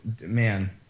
man